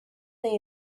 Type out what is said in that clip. those